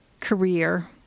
Career